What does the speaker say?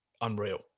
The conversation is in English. unreal